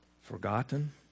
Forgotten